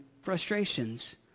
frustrations